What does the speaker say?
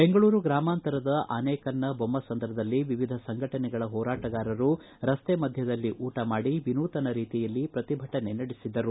ಬೆಂಗಳೂರು ಗ್ರಾಮಾಂತರದ ಆನೇಕಲ್ನ ಬೊಮ್ಸಂದ್ರದಲ್ಲಿ ವಿವಿಧ ಸಂಘಟನೆಗಳ ಹೋರಾಟಗಾರರು ರಸ್ತೆ ಮಧ್ಯದಲ್ಲಿ ಊಟ ಮಾಡಿ ವಿನೂತನ ರೀತಿಯಲ್ಲಿ ಪ್ರತಿಭಟನೆ ನಡೆಸಿದರು